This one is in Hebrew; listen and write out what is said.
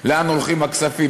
לאן הולכים הכספים.